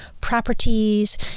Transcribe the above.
properties